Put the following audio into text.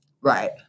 Right